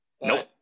Nope